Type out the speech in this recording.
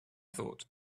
thought